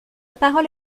parole